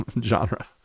genre